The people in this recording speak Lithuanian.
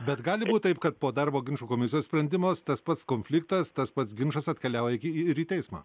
bet gali būt taip kad po darbo ginčų komisijos sprendimo tas pats konfliktas tas pats ginčas atkeliauja ir į teismą